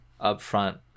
upfront